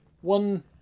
one